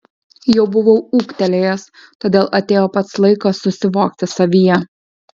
jau buvau ūgtelėjęs todėl atėjo pats laikas susivokti savyje